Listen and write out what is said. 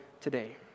today